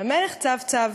// והמלך צב-צב,